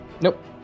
Nope